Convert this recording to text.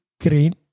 green